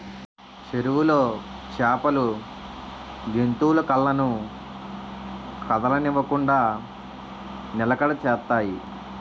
చెరువులో చేపలు గెంతులు కళ్ళను కదలనివ్వకుండ నిలకడ చేత్తాయి